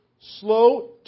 slow